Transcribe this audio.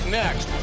next